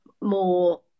more